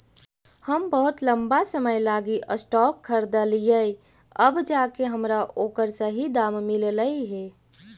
हम बहुत लंबा समय लागी स्टॉक खरीदलिअइ अब जाके हमरा ओकर सही दाम मिललई हे